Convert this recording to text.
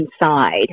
inside